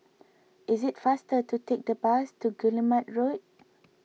is it faster to take the bus to Guillemard Road